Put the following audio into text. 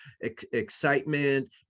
excitement